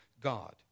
God